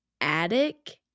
attic